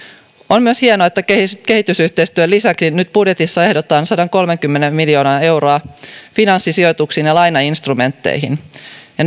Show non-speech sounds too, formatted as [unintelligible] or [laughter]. on myös hienoa että kehitysyhteistyön lisäksi budjetissa ehdotetaan nyt satakolmekymmentä miljoonaa euroa finanssisijoituksiin ja lainainstrumentteihin ja [unintelligible]